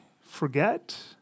forget